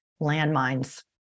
landmines